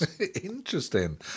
Interesting